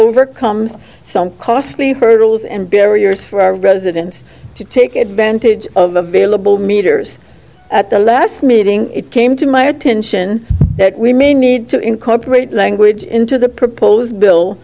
overcomes some costly hurdles and barriers for our residents to take advantage of the vailable meters at the last meeting it came to my attention that we may need to incorporate language into the proposed bill